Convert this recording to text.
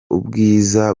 ubwiza